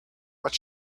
what